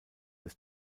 des